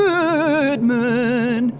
Goodman